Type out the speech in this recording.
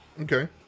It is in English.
Okay